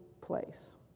place